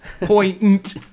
Point